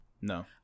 No